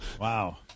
Wow